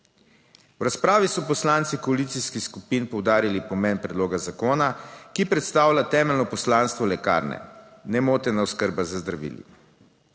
V razpravi so poslanci koalicijskih skupin poudarili pomen predloga zakona, ki predstavlja temeljno poslanstvo lekarne, nemotena oskrba z zdravili.